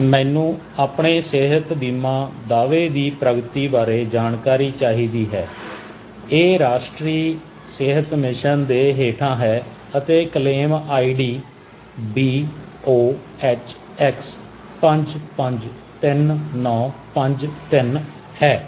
ਮੈਨੂੰ ਆਪਣੇ ਸਿਹਤ ਬੀਮਾ ਦਾਅਵੇ ਦੀ ਪ੍ਰਗਤੀ ਬਾਰੇ ਜਾਣਕਾਰੀ ਚਾਹੀਦੀ ਹੈ ਇਹ ਰਾਸ਼ਟਰੀ ਸਿਹਤ ਮਿਸ਼ਨ ਦੇ ਹੇਠਾਂ ਹੈ ਅਤੇ claim ID B O H X ਪੰਜ ਪੰਜ ਤਿੰਨ ਨੌਂ ਪੰਜ ਤਿੰਨ ਹੈ